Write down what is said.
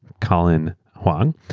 colin huang.